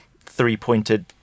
three-pointed